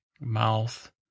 Mouth